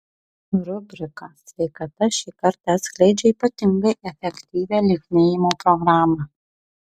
rubrika sveikata šį kartą atskleidžia ypatingai efektyvią lieknėjimo programą